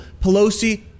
Pelosi